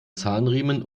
zahnriemen